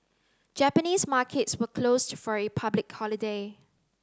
Japanese markets were closed for a public holiday